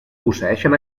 posseeixen